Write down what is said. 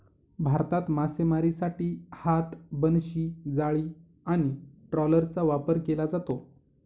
भारतात मासेमारीसाठी हात, बनशी, जाळी आणि ट्रॉलरचा वापर केला जातो